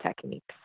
techniques